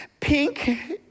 pink